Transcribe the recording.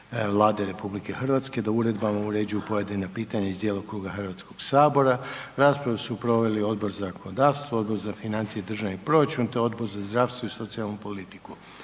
Vlade RH da uredbama uređuju pojedina pitanja iz djelokruga Hrvatskog sabora. Raspravu su proveli Odbor za zakonodavstvo, Odbor za financije i državni proračun te Odbor za zdravstvo i socijalnu politiku.